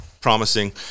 promising